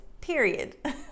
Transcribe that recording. period